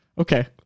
Okay